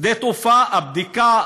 שדה תעופה, הבדיקה